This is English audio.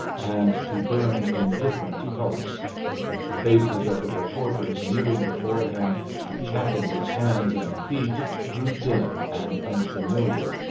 and to burn in different colors the faces of the reporters kneeling before him and chafing his hands and feet grew dim and unfamiliar,